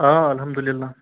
آ الحمدُللہ